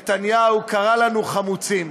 נתניהו, קרא לנו "חמוצים".